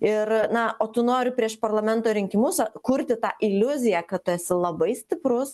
ir na o tu nori prieš parlamento rinkimus kurti tą iliuziją kad tu esi labai stiprus